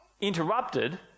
interrupted